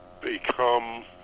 become